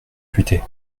député